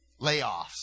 Layoffs